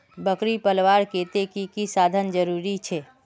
बकरी पलवार केते की की साधन जरूरी छे?